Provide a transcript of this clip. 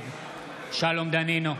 נגד שלום דנינו,